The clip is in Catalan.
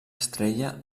estrella